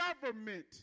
government